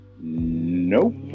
Nope